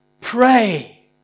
Pray